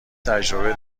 تجربه